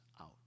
out